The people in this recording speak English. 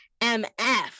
mf